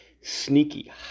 sneaky